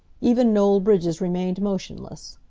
even noel bridges remained motionless.